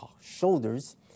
shoulders